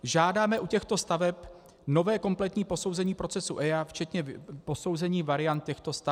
Žádáme u těchto staveb nové kompletní posouzení v procesu EIA, včetně posouzení variant těchto staveb.